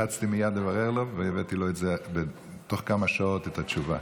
רצתי מייד לברר לו והבאתי לו תוך כמה שעות את התשובה.